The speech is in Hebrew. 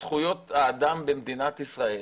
זכויות האדם במדינת ישראל